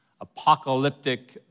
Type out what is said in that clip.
apocalyptic